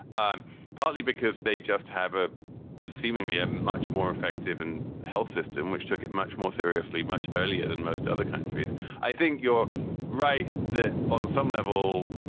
and partly because they just have a seemingly a much more effective and health system, which took it much more seriously much earlier than most other countries i think you're right that on some level,